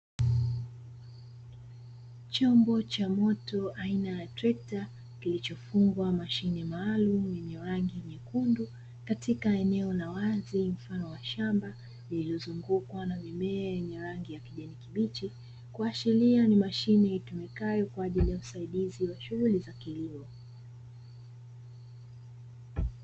Chombo cha moto aina ya trekta, kilichofungwa mashine maalumu yenye rangi nyekundu katika eneo la wazi mfano wa shamba lililozungukwa na mimea yenye rangi ya kijani kibichi, kuashiria ni mashine itumikayo kwa ajili ya usaidizi wa shughuli za kilimo.